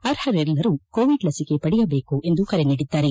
ಅರ್ಹರೆಲ್ಲರೂ Covid ಲಸಿಕೆ ಪಡೆಯಬೇಕು ಎಂದು ಕರೆ ನೀಡಿದ್ದಾರೆ